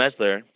Mesler